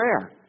prayer